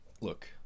look